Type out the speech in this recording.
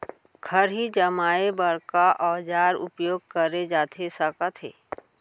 खरही जमाए बर का औजार उपयोग करे जाथे सकत हे?